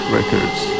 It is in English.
Records